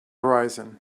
horizon